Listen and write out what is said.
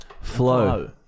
Flow